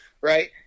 right